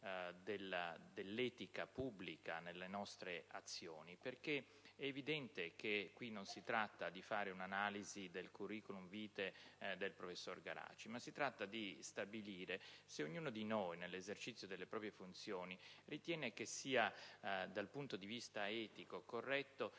dell'etica pubblica nelle nostre azioni. È evidente, infatti, che in questo caso non si tratta di fare un'analisi del *curriculum vitae* del professor Garaci, ma si tratta di stabilire se ognuno di noi, nell'esercizio delle proprie funzioni, ritiene che dal punto di vista etico sia corretto